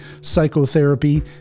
psychotherapy